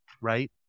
right